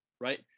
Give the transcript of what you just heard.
right